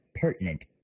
pertinent